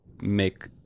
make